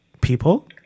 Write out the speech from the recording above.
people